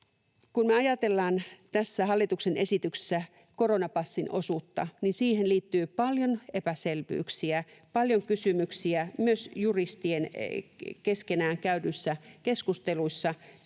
me ajatellaan tässä hallituksen esityksessä koronapassin osuutta, niin siihen liittyy paljon epäselvyyksiä, paljon kysymyksiä. Myös juristien keskenään käymissä keskusteluissa